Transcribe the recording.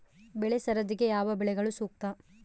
ಬೆಳೆ ಸರದಿಗೆ ಯಾವ ಬೆಳೆಗಳು ಸೂಕ್ತ?